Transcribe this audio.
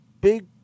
big